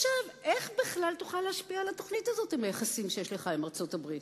איך בכלל תוכל להשפיע על התוכנית הזאת עם היחסים שיש לך עם ארצות-הברית?